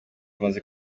amaze